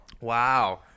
Wow